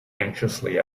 anxiously